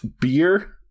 beer